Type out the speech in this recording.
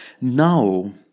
Now